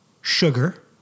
Sugar